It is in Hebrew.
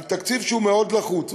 על תקציב שהוא לחוץ מאוד,